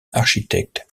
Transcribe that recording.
architecte